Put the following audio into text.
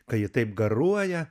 kai ji taip garuoja